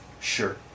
Sure